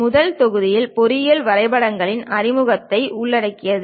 முதல் தொகுதி பொறியியல் வரைபடங்களின் அறிமுகத்தை உள்ளடக்கியது